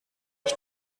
ich